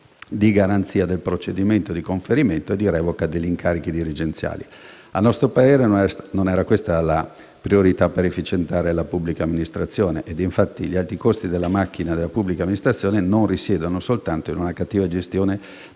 di garanzia del procedimento di conferimento e di revoca degli incarichi dirigenziali. A nostro parere non era certamente questa la priorità per efficientare la pubblica amministrazione. Infatti, gli alti costi della macchina della pubblica amministrazione non risiedono soltanto in una cattiva gestione